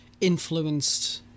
influenced